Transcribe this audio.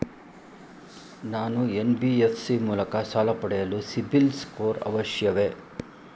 ನಾನು ಎನ್.ಬಿ.ಎಫ್.ಸಿ ಮೂಲಕ ಸಾಲ ಪಡೆಯಲು ಸಿಬಿಲ್ ಸ್ಕೋರ್ ಅವಶ್ಯವೇ?